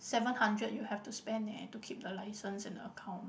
seven hundred you have to spend eh to keep the licence and the account